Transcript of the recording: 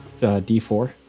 d4